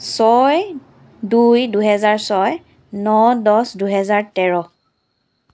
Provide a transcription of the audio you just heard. ছয় দুই দুহেজাৰ ছয় ন দহ দুহেজাৰ তেৰ